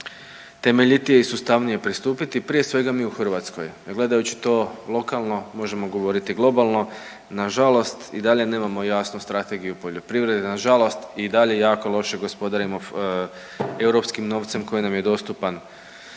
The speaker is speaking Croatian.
temeljitije i sustavnije pristupiti prije svega mi u Hrvatskoj ne gledajući to lokalno možemo govoriti globalno. Nažalost i dalje nemamo jasnu strategiju poljoprivrede. Nažalost i dalje jako loše gospodarimo europskim novcem koji nam je dostupan